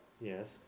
Yes